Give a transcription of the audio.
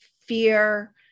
fear